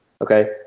okay